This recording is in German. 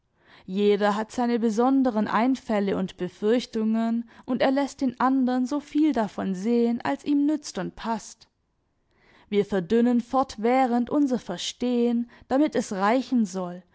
jeder hat seine besonderen einfälle und befürchtungen und er läßt den andern so viel davon sehen als ihm nützt und paßt wir verdünnen fortwährend unser verstehen damit es reichen soll